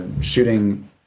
shooting